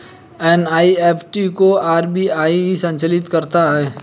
NEFT को RBI ही संचालित करता है